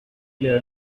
clever